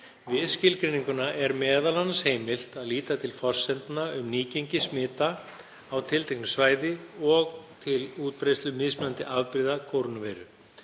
Við skilgreininguna er m.a. heimilt að líta til forsendna um nýgengi smita á tilteknu svæði og til útbreiðslu mismunandi afbrigða kórónuveiru.